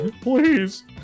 Please